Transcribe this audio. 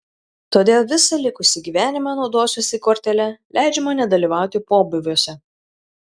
todėl visą likusį gyvenimą naudosiuosi kortele leidžiama nedalyvauti pobūviuose